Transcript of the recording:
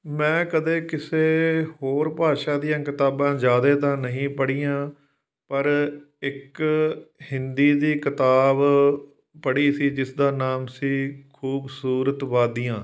ਮੈਂ ਕਦੇ ਕਿਸੇ ਹੋਰ ਭਾਸ਼ਾ ਦੀਆਂ ਕਿਤਾਬਾਂ ਜ਼ਿਆਦਾ ਤਾਂ ਨਹੀਂ ਪੜ੍ਹੀਆਂ ਪਰ ਇੱਕ ਹਿੰਦੀ ਦੀ ਕਿਤਾਬ ਪੜ੍ਹੀ ਸੀ ਜਿਸਦਾ ਨਾਮ ਸੀ ਖੂਬਸੂਰਤ ਵਾਦੀਆਂ